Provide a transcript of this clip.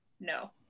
no